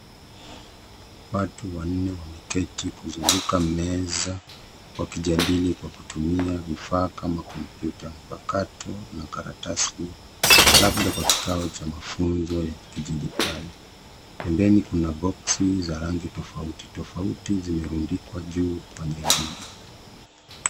Watu wanne wameketi kuzunguka meza wakijadili kwa kutumia vifaa kama kompyuta mpakato na karatasi, labda kwa kikao cha mafunzo ya kidijitali. Pembeni kuna boksi za rangi tofauti tofauti zimerundikwa juu kwenye nyumba.